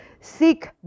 seek